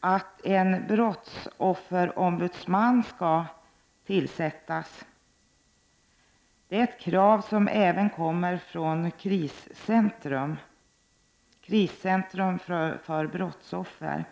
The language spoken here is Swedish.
att en brottsofferombudsman tillsätts. Det kravet kommer även från kriscentrat för brottsoffer.